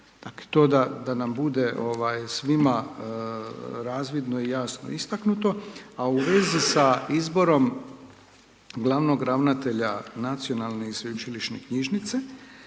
Dakle to da nam bude svima razvidno i jasno istaknuto. A u vezi sa izborom glavnog ravnatelja Nacionalne i sveučilišne knjižnice,